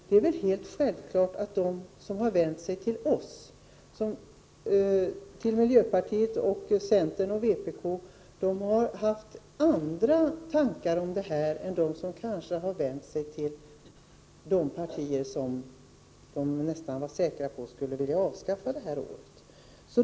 Det är väl självklart att de som har vänt sig till oss — till miljöpartiet, centern och vpk — har haft andra tankar i det här avseendet än de som har vänt sig till de partier som, enligt vad de nästan var säkra på, skulle vilja avskaffa friåret.